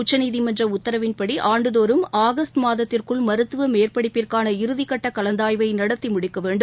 உச்சநீதிமன்ற உத்தரவுபடி ஆண்டுதோறும் ஆகஸ்ட் மாதத்திற்குள் மருத்துவ மேற்படிப்பிற்கான இறுதிகட்ட கலந்தாய்வை நடத்தி முடிக்க வேண்டும்